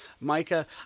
micah